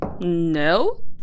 No